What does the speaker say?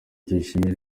tuyishime